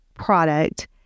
product